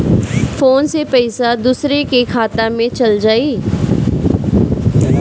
Phone से पईसा दूसरे के खाता में चल जाई?